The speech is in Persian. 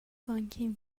بانکیم